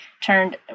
turned